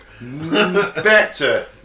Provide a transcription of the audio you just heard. Better